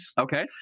Okay